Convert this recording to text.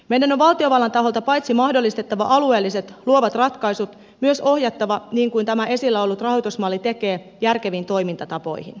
meidän on valtiovallan taholta paitsi mahdollistettava alueelliset luovat ratkaisut myös ohjattava niin kuin tämä esillä ollut rahoitusmalli tekee järkeviin toimintatapoihin